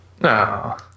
No